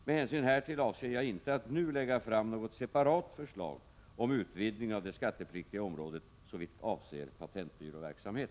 Med hänsyn härtill avser jag inte att nu lägga fram något separat förslag om utvidgning av det skattepliktiga området såvitt avser patentbyråverksamhet.